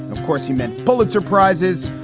of course, he meant pulitzer prizes.